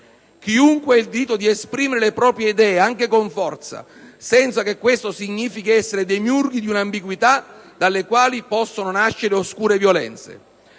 Chiunque ha il diritto di esprimere le proprie idee, anche con forza, senza che questo significhi essere demiurghi di ambiguità dalle quali possono nascere oscure violenze.